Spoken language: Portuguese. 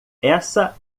essa